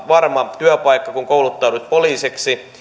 varma työpaikka kun kouluttauduit poliisiksi